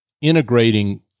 integrating